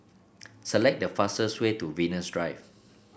select the fastest way to Venus Drive